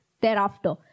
thereafter